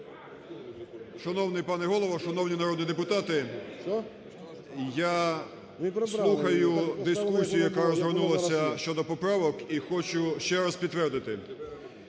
Шановний пане Голово! Шановні народні депутати! Я слухаю дискусію, яка розгорнулася щодо поправок, і хочу ще раз підтвердити,